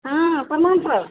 हाँ प्रणाम सर